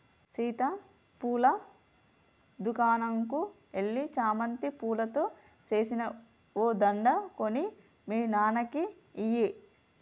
సీత పూల దుకనంకు ఎల్లి చామంతి పూలతో సేసిన ఓ దండ కొని మీ నాన్నకి ఇయ్యి